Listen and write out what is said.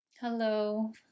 Hello